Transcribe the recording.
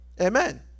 Amen